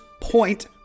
Point